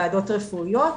ועדות רפואיות,